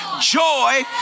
Joy